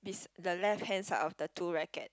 his the left hand side of the two racket